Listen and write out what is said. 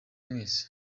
mwese